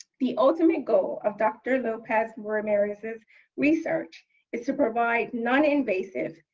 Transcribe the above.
the ultimate goal of dr. lopez ramirez's research is to provide non-invasive,